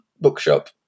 bookshop